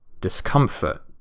discomfort